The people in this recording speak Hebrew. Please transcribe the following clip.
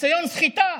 ניסיון סחיטה